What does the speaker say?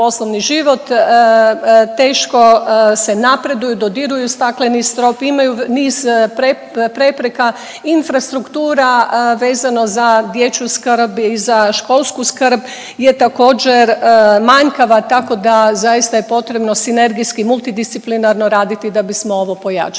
poslovni život, teško se napreduju, dodiruju stakleni strop, imaju niz prepreka, infrastruktura vezano za dječju skrb i za školsku skrb je također manjkava tako da zaista je potrebno sinergijski multidisciplinarno raditi da bismo ovo pojačali.